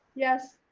yes.